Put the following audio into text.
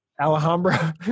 Alhambra